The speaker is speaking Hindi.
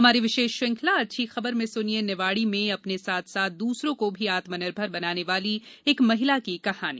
हमारी विशेष श्रृंखला अच्छी खबर में सुनिये निवाड़ी में अपने साथ साथ दूसरों को भी आत्मनिर्भर बनाने वाली एक महिला की कहानी